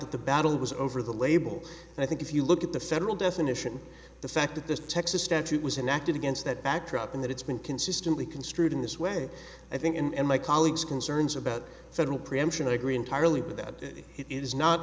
the battle was over the label and i think if you look at the federal definition the fact that this texas statute was enacted against that backdrop in that it's been consistently construed in this way i think and my colleagues concerns about federal preemption i agree entirely with that it is not